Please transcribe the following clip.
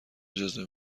اجازه